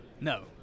No